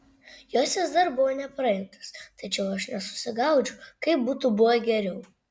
jos vis dar buvo nepraimtos tačiau aš nesusigaudžiau kaip būtų buvę geriau